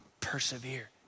persevere